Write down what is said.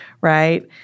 right